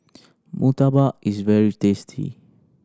murtabak is very tasty